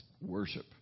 worship